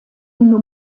nur